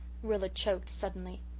rilla choked suddenly.